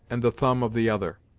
and the thumb of the other,